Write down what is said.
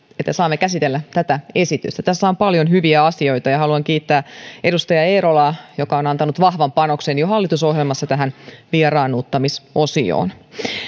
että saamme käsitellä tätä esitystä tässä on paljon hyviä asioita ja haluan kiittää edustaja eerolaa joka on jo hallitusohjelmassa antanut vahvan panoksen tähän vieraannuttamisosioon